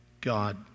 God